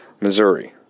Missouri